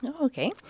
Okay